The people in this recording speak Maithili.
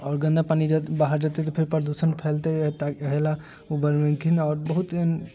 आओर गन्दा पानि बाहर जेतै तऽ फेर प्रदूषण फैलते एहि लऽ ओ बनबेलखिन आओर बहुत